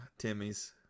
Timmys